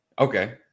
okay